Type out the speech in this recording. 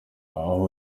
aho